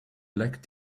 black